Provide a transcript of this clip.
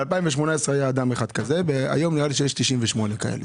בשנת 2018 היה אדם אחד כזה והיום נראה לי שיש 98 כאלה.